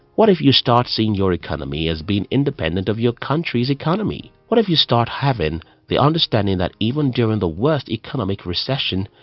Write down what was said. what if you start seeing your economy as being independent of your country's economy? what if you start having the understanding that even during the worst economic recession,